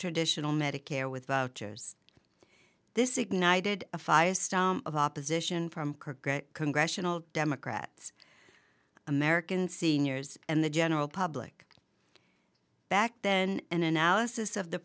traditional medicare with voters this ignited a firestorm of opposition from congressional democrats american seniors and the general public back then an analysis of the